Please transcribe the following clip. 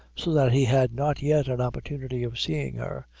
so that he had not yet an opportunity of seeing her,